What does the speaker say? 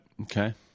Okay